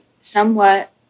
somewhat